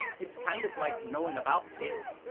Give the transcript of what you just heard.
it's kind of like knowing about sailing,